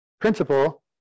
principle